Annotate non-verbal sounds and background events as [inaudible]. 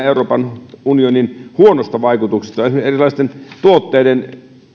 [unintelligible] euroopan unionin huonosta vaikutuksesta esimerkiksi erilaisten tuotteiden